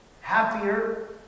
happier